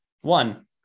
one